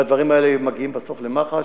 והדברים האלה מגיעים בסוף למח"ש,